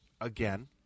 again